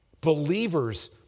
believers